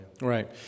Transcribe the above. Right